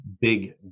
big